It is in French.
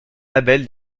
label